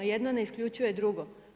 Jedno ne isključuje drugo.